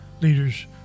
leaders